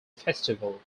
festival